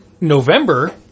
November